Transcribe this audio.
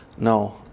No